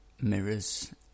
Mirrors